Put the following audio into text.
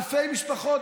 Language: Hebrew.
אלפי משפחות.